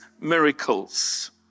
miracles